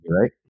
right